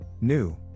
New